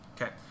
Okay